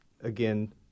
again